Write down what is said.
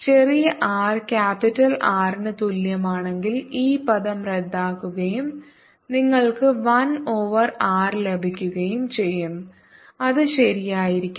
ചെറിയ r capital R ന് തുല്യമാണെങ്കിൽ ഈ പദം റദ്ദാക്കുകയും നിങ്ങൾക്ക് 1 ഓവർ r ലഭിക്കുകയും ചെയ്യും അത് ശരിയായിരിക്കണം